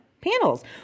panels